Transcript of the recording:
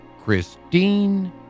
Christine